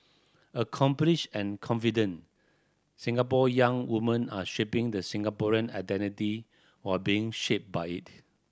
accomplished and confident Singapore young women are shaping the Singaporean identity while being shaped by it